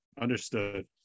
Understood